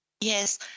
Yes